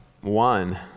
one